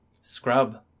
Scrub